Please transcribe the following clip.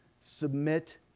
submit